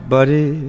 Buddy